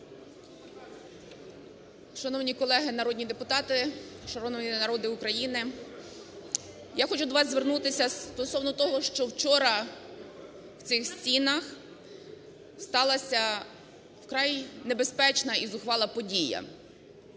Шановні колеги народні депутати, шановний народе України. Я хочу до вас звернутися стосовно того, що вчора в цих стінах сталася вкрай небезпечна і зухвала подія.